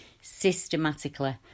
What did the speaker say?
systematically